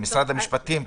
משרד המשפטים,